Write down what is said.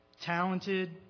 Talented